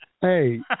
Hey